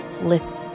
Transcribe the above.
listen